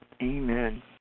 Amen